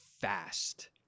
fast